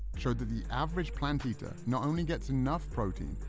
showed that the average plant-eater not only gets enough protein,